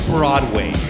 Broadway